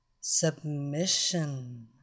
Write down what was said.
submission